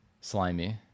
Slimy